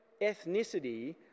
ethnicity